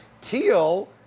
Teal